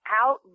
out